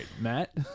Matt